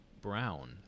Brown